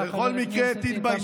תודה לך, חבר הכנסת איתמר בן גביר.